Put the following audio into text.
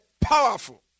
powerful